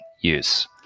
use